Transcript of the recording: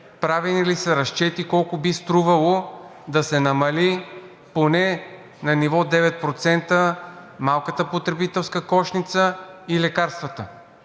правени ли са разчети колко би струвало да се намали поне на ниво 9% малката потребителска кошница и лекарствата?